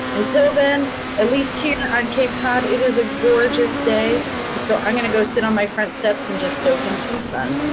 until then at least here on cape cod, it is a gorgeous day and so i'm going to go sit on my front steps and just soak in some sun.